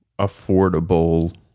affordable